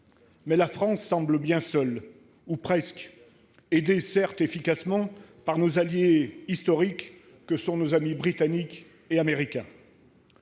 mais la France semble bien seule, même si elle est aidée efficacement par ses alliés historiques que sont nos amis Britanniques et Américains.